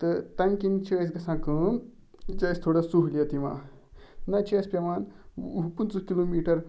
تہٕ تَمہِ کِنۍ چھِ أسۍ گژھان کٲم یہِ چھِ أسۍ تھوڑا سہوٗلیت یِوان نَتہٕ چھِ اَسہِ پٮ۪وان ہُو پٕنٛژٕہ کِلوٗ میٖٹَر